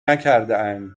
نکردهاند